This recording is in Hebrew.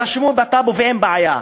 רשמו בטאבו ואין בעיה,